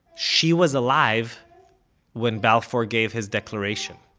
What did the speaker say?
she was alive when balfour gave his declaration!